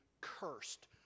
cursed